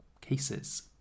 cases